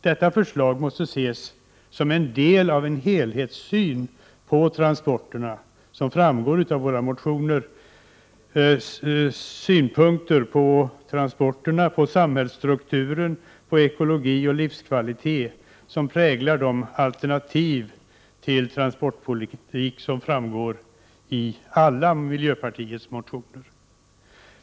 Detta förslag måste ses som en del av en helhetssyn på transporter, samhällsstruktur, ekologi och livskvalitet som präglar det alternativ till transportpolitik som framgår av alla miljöpartiets motioner.